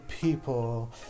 people